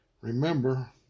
remember